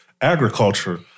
agriculture